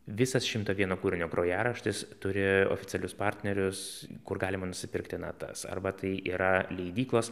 visas šimto vieno kūrinio grojaraštis turi oficialius partnerius kur galima nusipirkti natas arba tai yra leidyklos